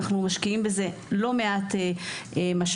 אנחנו משקיעים בזה לא מעט משאבים.